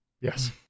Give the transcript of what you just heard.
Yes